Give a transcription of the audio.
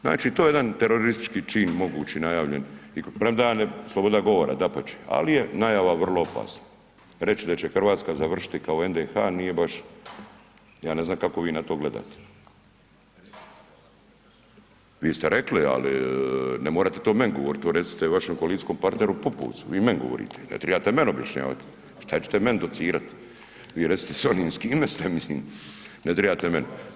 Znači, to je jedan teroristički čin mogući najavljen, premda je sloboda govora dapače, ali je najava vrlo opasna reći da će RH završiti kao NDH, nije baš, ja ne znam kako vi na to gledate. … [[Upadica iz klupe se ne čuje]] Vi ste rekli, ali ne morate to meni govorit, to recite vašem koalicijskom partneru Pupovcu, vi meni govorite, ne tribate meni objašnjavati, šta ćete meni docirati, vi recite sve onim s kime ste, mislim ne tribate meni.